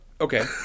Okay